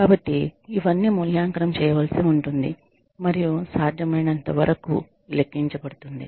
కాబట్టి ఇవన్నీ మూల్యాంకనం చేయవలసి ఉంటుంది మరియు సాధ్యమైనంతవరకు లెక్కించబడుతుంది